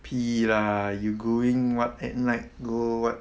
pi lah you going [what] at night go [what]